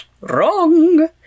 wrong